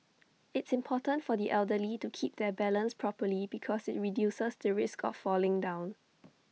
it's important for the elderly to keep their balance properly because IT reduces the risk of falling down